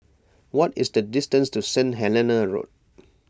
what is the distance to Saint Helena Road